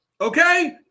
okay